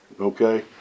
okay